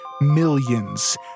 millions